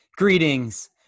Greetings